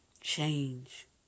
change